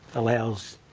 allows,